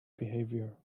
behavior